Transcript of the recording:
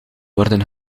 worden